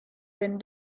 been